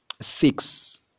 Six